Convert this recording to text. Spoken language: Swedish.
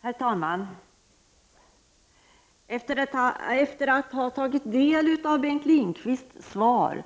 Herr talman! Efter att ha tagit del av Bengt Lindqvists svar